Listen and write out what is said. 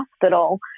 hospital